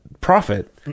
profit